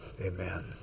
Amen